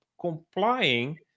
complying